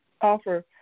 offer